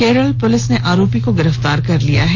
Kerala police ने आरोपी को गिरफ्तार कर लिया है